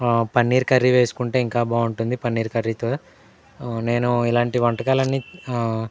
paneer curry వేసుకుంటే ఇంకా బాగుంటుంది పన్నీర్ కర్రీతో నేను ఇలాంటి వంటకాలన్ని